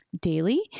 daily